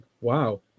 wow